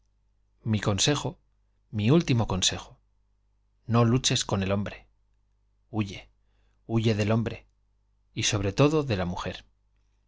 el consejo mi último consejo no luches con mi de hombre huye huye del ombre y sobre todo la mujer